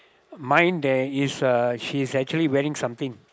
mine there is a she's actually wearing something